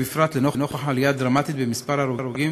בפרט לנוכח העלייה הדרמטית במספר ההרוגים